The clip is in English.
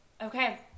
okay